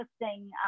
interesting